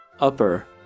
Upper